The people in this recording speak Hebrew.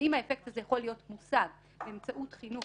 ואם האפקט הזה יכול להיות מושג באמצעות חינוך